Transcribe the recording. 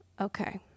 Okay